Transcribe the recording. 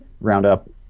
roundup